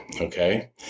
okay